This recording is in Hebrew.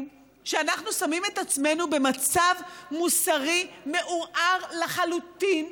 שאנחנו שמים את עצמנו במצב מוסרי מעורער לחלוטין,